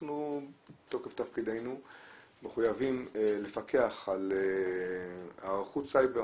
מתוקף תפקידנו אנחנו מחויבים לפקח על היערכות סייבר